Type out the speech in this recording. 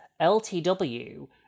LTW